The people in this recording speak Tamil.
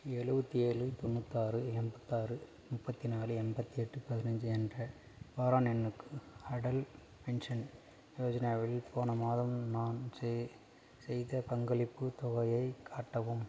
எழுபத்தி ஏழு தொண்ணூத்தாறு எண்பத்தாறு முப்பத்தி நாலு எண்பத்தி எட்டு பதினஞ்சு என்ற பாரான் எண்ணுக்கு அடல் பென்ஷன் யோஜனாவில் போன மாதம் நான் செய்த பங்களிப்புத் தொகையைக் காட்டவும்